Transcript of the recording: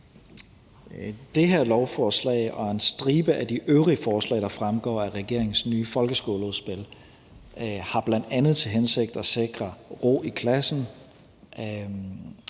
Det her lovforslag og en stribe af de øvrige forslag, der fremgår af regeringens nye folkeskoleudspil, har bl.a. til hensigt at sikre ro i klassen